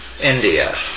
India